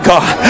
God